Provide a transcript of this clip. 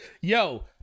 Yo